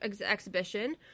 exhibition